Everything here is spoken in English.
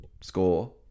score